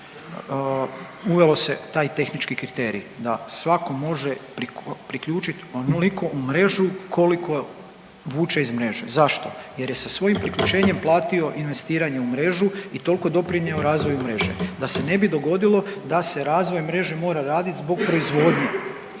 uvelo se taj tehnički kriterij da svako može priključiti onoliku mrežu koliko vuče iz mreže. Zašto? Jer je sa svojim priključenjem platio investiranje u mrežu i toliko doprinjeo razvoju mreže da se ne bi dogodilo da se razvoj mreže mora raditi zbog proizvodnje.